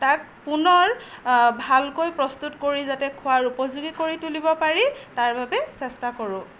তাক পুনৰ ভালকৈ প্ৰস্তুত কৰি যাতে খোৱাৰ উপযোগী কৰি তুলিব পাৰি তাৰ বাবে চেষ্টা কৰোঁ